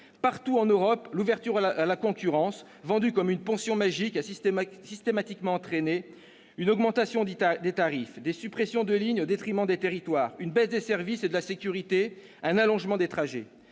Partout en Europe, l'ouverture à la concurrence, vendue comme une potion magique, a systématiquement entraîné une augmentation des tarifs, des suppressions de lignes au détriment des territoires, une baisse des services et de la sécurité, ainsi qu'un allongement des trajets.